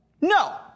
No